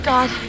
God